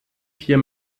vier